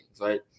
Right